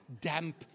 damp